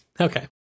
Okay